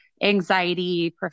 anxiety